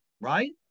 right